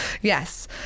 yes